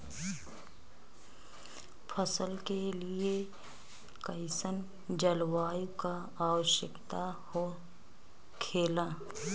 फसल के लिए कईसन जलवायु का आवश्यकता हो खेला?